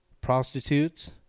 prostitutes